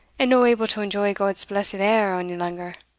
and no able to enjoy god's blessed air ony langer,